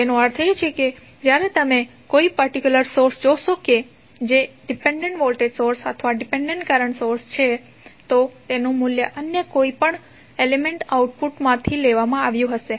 તેનો અર્થ એ છે કે જ્યારે તમે કોઈ પર્ટિક્યુલર સોર્સ જોશો કે જે ડિપેન્ડેન્ટ વોલ્ટેજ સોર્સ અથવા ડિપેન્ડેન્ટ કરંટ સોર્સ છે તો તેનું મૂલ્ય અન્ય કોઈપણ એલિમેન્ટના આઉટપુટ માંથી લેવામાં આવ્યું હશે